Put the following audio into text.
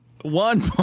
One